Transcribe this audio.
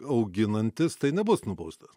auginantis tai nebus nubaustas